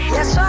Yes